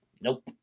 nope